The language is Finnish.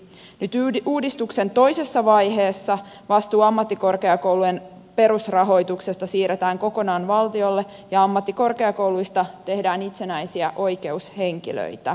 nyt uudistuksen toisessa vaiheessa vastuu ammattikorkeakoulujen perusrahoituksesta siirretään kokonaan valtiolle ja ammattikorkeakouluista tehdään itsenäisiä oikeushenkilöitä